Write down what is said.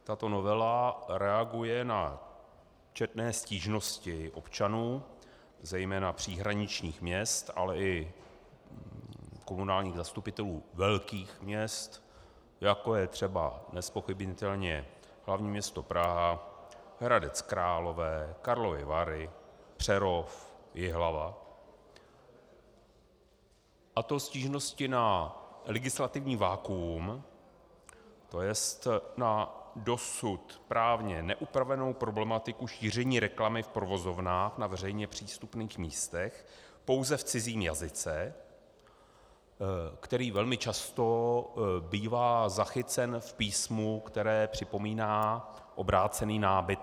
Tato novela reaguje na četné stížnosti občanů zejména příhraničních měst, ale i komunálních zastupitelů velkých měst, jako je třeba nezpochybnitelně hlavní město Praha, Hradec Králové, Karlovy Vary, Přerov, Jihlava, a to stížnosti na legislativní vakuum, tj. na dosud právně neupravenou problematiku šíření reklamy v provozovnách na veřejně přístupných místech pouze v cizím jazyce, který velmi často bývá zachycen v písmu, které připomíná obrácený nábytek.